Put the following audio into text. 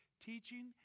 teaching